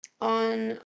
On